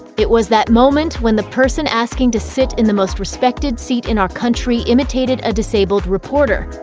it was that moment when the person asking to sit in the most respected seat in our country imitated a disabled reporter.